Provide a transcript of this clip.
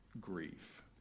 grief